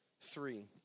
three